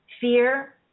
fear